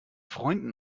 freunden